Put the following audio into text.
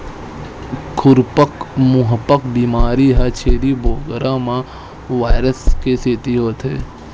खुरपका मुंहपका बेमारी ह छेरी बोकरा म वायरस के सेती होथे